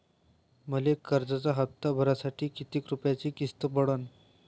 मले कर्जाचा हप्ता भरासाठी किती रूपयाची किस्त पडन?